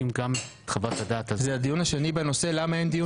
זה הדיון השני בנושא, למה אין חוות דעת?